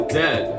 dead